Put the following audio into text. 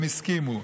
והם הסכימו.